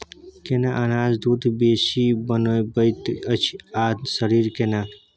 केना अनाज दूध बेसी बनबैत अछि आ शरीर केना?